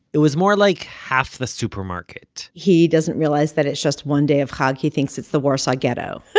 it was more like half the supermarket he doesn't realize that it's just one day of chag. he thinks it's the warsaw ghetto.